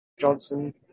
Johnson